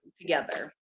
together